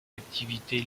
activité